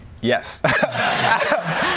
Yes